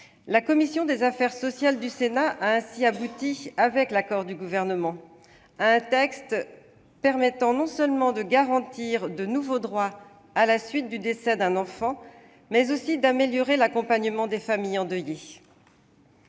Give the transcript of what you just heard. La commission des affaires sociales de la Haute Assemblée a ainsi abouti, avec l'accord du Gouvernement, à un texte permettant non seulement d'instituer de nouveaux droits en cas de décès d'un enfant, mais encore d'améliorer l'accompagnement des familles endeuillées.